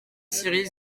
scierie